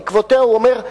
ובעקבותיה הוא אומר: